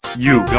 you